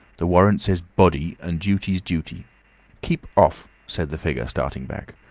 the warrant says body, and duty's duty keep off! said the figure, starting back.